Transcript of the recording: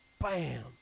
Bam